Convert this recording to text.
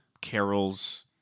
Carol's